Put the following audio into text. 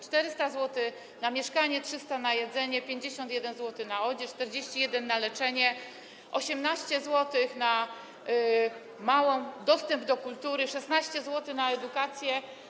400 zł na mieszkanie, 300 zł na jedzenie, 51 zł na odzież, 41 zł na leczenie, 18 zł na dostęp do kultury, 16 zł na edukację.